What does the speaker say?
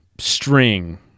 string